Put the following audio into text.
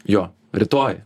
jo rytoj